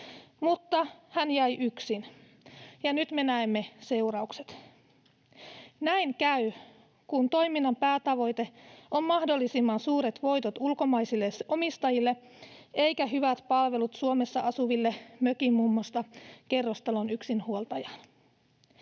mutta hän jäi yksin, ja nyt me näemme seuraukset. Näin käy, kun toiminnan päätavoite on mahdollisimman suuret voitot ulkomaisille omistajille eikä hyvät palvelut Suomessa asuville mökinmummosta kerrostalon yksinhuoltajaan.